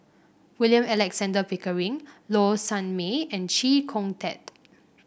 William Alexander Pickering Low Sanmay and Chee Kong Tet